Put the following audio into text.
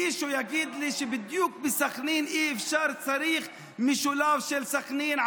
מישהו יגיד לי שבדיוק בסח'נין אי-אפשר ושצריך שילוב של סח'נין,